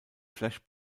flash